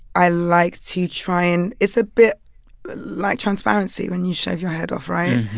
i like to try and it's a bit like transparency when you shave your head off. right?